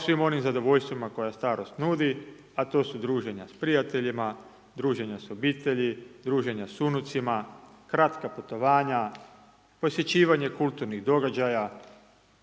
svim onim zadovoljstvima koja starost nudi a to su druženja s prijateljima, druženja s obitelji, druženja s unucima, kratka putovanja, posjećivanje kulturnih događaja